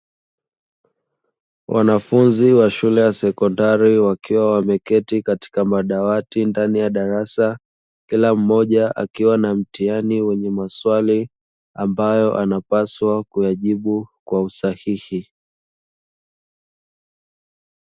Wanafunzi wa shule ya sekondari wakiwa wameketi katika madawati ndani ya darasa, kila mmoja akiwa na mtihani wenye maswali ambayo anapaswa kuyajibu kwa usahihi.